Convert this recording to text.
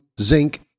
zinc